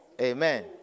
Amen